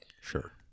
sure